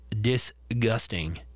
disgusting